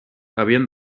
havien